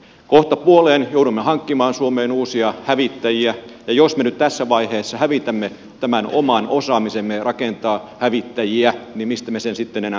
kohtapuoleen joudumme hankkimaan suomeen uusia hävittäjiä ja jos me nyt tässä vaiheessa hävitämme tämän oman osaamisemme rakentaa hävittäjiä niin mistä me sen sitten enää uudelleen nostamme